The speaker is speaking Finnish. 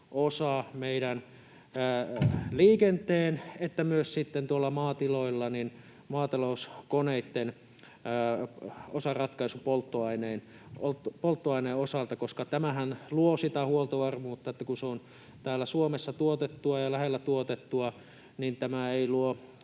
sekä meidän liikenteemme että myös sitten tuolla maatiloilla maatalouskoneitten osaratkaisu polttoaineen osalta, koska tämähän luo sitä huoltovarmuutta, että kun se on täällä Suomessa tuotettua ja lähellä tuotettua, niin tälle ei tule